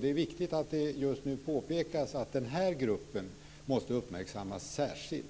Det är viktigt att det just nu påpekas att den här gruppen måste uppmärksammas särskilt.